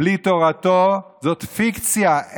בלי תורתו זאת פיקציה.